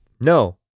No